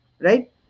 Right